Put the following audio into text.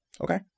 Okay